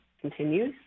continues